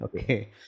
Okay